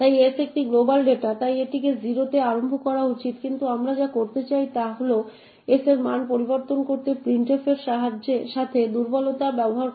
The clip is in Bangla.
তাই s একটি গ্লোবাল ডেটা তাই এটিকে 0 তে আরম্ভ করা উচিত কিন্তু আমরা যা করতে চাই তা হল s এর মান পরিবর্তন করতে printf এর সাথে দুর্বলতা ব্যবহার করা